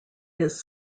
his